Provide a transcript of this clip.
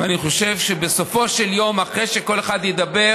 ואני חושב שבסופו של יום, אחרי שכל אחד ידבר,